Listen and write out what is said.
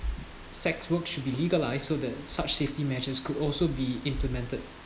sex work should be legalized so that such safety measures could also be implemented